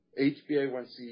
HbA1c